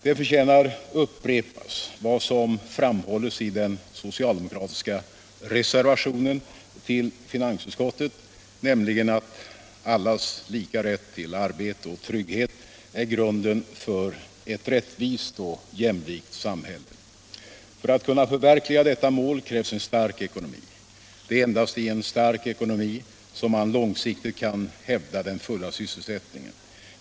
Det förtjänar att upprepas vad som framhålls i den socialdemokratiska reservationen till finansutskottet, nämligen att allas lika rätt till arbete och trygghet är grunden för ett rättvist och jämlikt samhälle. För att kunna förverkliga detta mål krävs en stark ekonomi. Det är endast i en stark ekonomi som man långsiktigt kan hävda den fulla sysselsättningen.